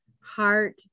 heart